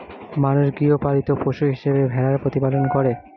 মানুষ গৃহপালিত পশু হিসেবে ভেড়ার প্রতিপালন করে